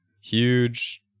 huge